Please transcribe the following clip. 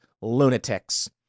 lunatics